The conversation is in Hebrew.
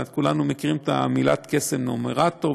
כולנו מכירים את מילת הקסם "נומרטור",